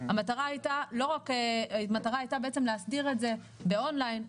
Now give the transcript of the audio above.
המטרה הייתה בעצם להסדיר את זה באון ליין,